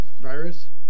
Virus